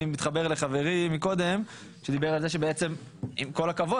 ואני מתחבר לחברי מקודם שדיבר על זה שעם כל הכבוד,